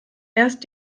erst